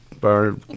bar